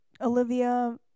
Olivia